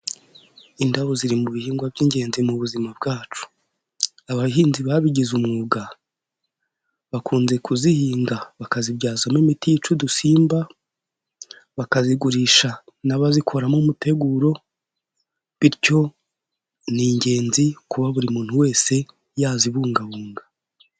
Indabo ziri mu bihingwa by'ingenzi mu buzima bwacu, abahinzi babigize umwuga bakunze kuzihinga bakazibyazamo imiti yica udusimba, bakazigurisha n'abazikoramo umuteguro bityo ni ingenzi kuba buri muntu wese yazibungabunga.